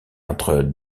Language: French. entre